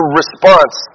response